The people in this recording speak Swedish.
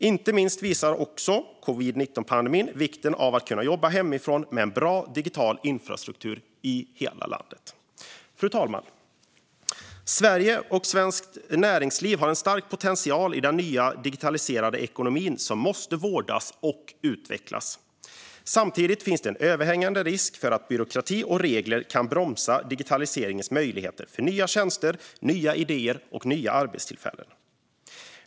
Inte minst visar covid-19-pandemin vikten av att man kan jobba hemifrån med en bra digital infrastruktur i hela landet. Fru talman! Sverige och svenskt näringsliv har en stark potential i den nya digitaliserade ekonomin, som måste vårdas och utvecklas. Samtidigt finns det en överhängande risk för att byråkrati och regler kan bromsa digitaliseringens möjligheter när det gäller nya tjänster, nya idéer och nya arbetstillfällen.